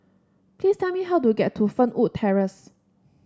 please tell me how to get to Fernwood Terrace